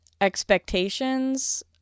expectations